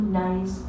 nice